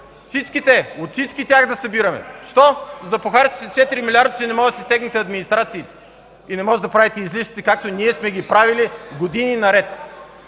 От всички тях да събираме. Защо? За да похарчите 4 милиарда, че не може да си стегнете администрациите и не можете да правите излишъци, както ние сме ги правили години наред.